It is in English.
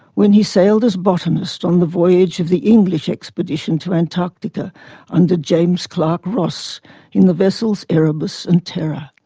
when he sailed as botanist on the voyage of the english expedition to antarctica under captain james clark ross in the vessels erebus and terror.